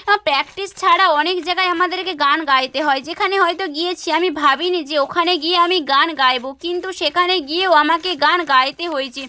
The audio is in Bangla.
হাঁ প্র্যাকটিস ছাড়াও অনেক জাগায় আমাদেরকে গান গাইতে হয় যেখানে হয়তো গিয়েছি আমি ভাবি নি যে ওখানে গিয়ে আমি গান গাইবো কিন্তু সেখানে গিয়েও আমাকে গান গাইতে হয়েছে